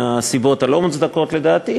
מהסיבות הן לא מוצדקות לדעתי,